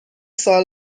سال